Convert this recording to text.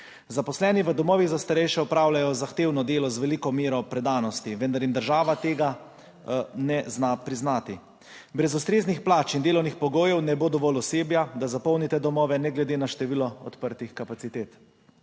Zaposleni v domovih za starejše opravljajo zahtevno delo z veliko mero predanosti, vendar jim država tega ne zna priznati. Brez ustreznih plač in delovnih pogojev ne bo dovolj osebja, da zapolnite domove ne glede na število odprtih kapacitet.